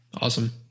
awesome